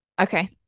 Okay